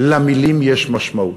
למילים יש משמעות.